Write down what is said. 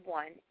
one